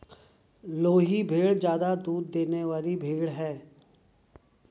लोही भेड़ ज्यादा दूध देने वाली भेड़ है